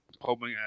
hoping